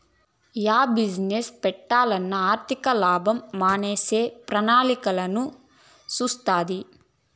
yeah business పెట్టాలన్నా ఆర్థికలాభం మనమేసే ప్రణాళికలన్నీ సూస్తాది